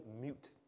mute